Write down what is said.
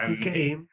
Okay